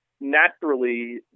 naturally